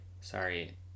sorry